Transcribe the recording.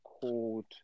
called